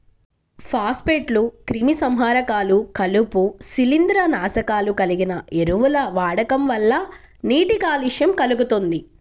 ఫాస్ఫేట్లు, క్రిమిసంహారకాలు, కలుపు, శిలీంద్రనాశకాలు కలిగిన ఎరువుల వాడకం వల్ల నీటి కాలుష్యం కల్గుతుంది